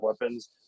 weapons